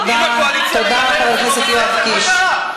תודה, תודה, חבר הכנסת יואב קיש.